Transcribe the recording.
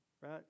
right